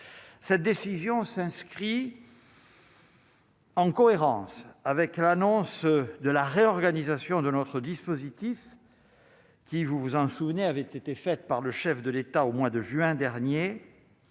cette décision s'inscrit. En cohérence avec l'annonce de la réorganisation de notre dispositif. Qui vous vous en souvenez, avait été faite par le chef de l'État au mois de juin dernier,